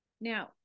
Now